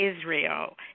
Israel